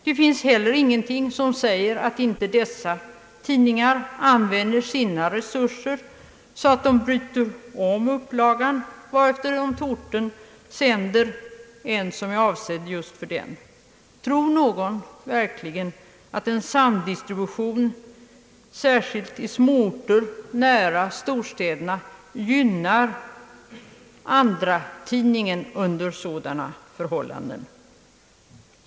Det är heller ingenting som säger att inte dessa tidningar använder sina resurser så att de bryter om upplagan och till orten sänder en upplaga som är avsedd just för denna. Tror någon verkligen att en samdistribution, särskilt i småorter nära storstäderna, gynnar den andra tidningen under sådana förhållanden?